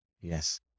Yes